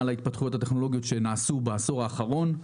להתפתחויות הטכנולוגיות שנעשו בעשור האחרון.